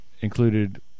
included